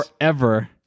forever